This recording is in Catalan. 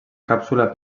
càpsula